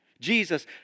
Jesus